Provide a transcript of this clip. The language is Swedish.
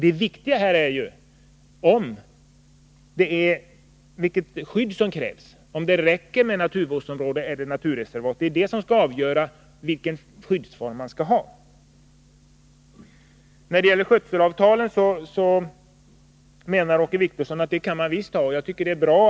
Det viktiga är vilket skydd som krävs, om det räcker med att ha naturvårdsområden eller om det skall vara naturreservat. Åke Wictorsson anser att man visst kan ha skötselavtal. Det är bra.